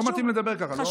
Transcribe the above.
לא מתאים לדבר ככה.